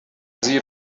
وزیر